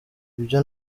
ibyo